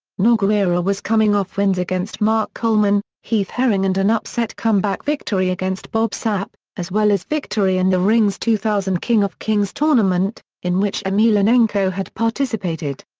nogueira was coming off wins against mark coleman, heath herring and an upset comeback victory against bob sapp, as well as victory in the rings two thousand king of kings tournament, in which emelianenko had participated.